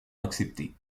accepter